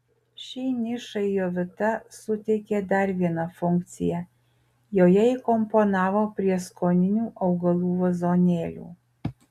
šiai nišai jovita suteikė dar vieną funkciją joje įkomponavo prieskoninių augalų vazonėlių